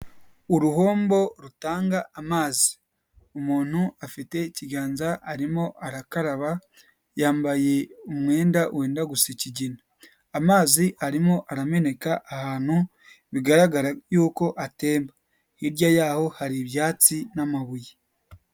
Uruhombo rutanga amazi, umuntu afite ikiganza arimo arakaraba, yambaye umwenda wenda gusa ikigina, amazi arimo arameneka ahantu bigaragara yuko atemba, hirya yaho hari ibyatsi n'amabuye.